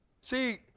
See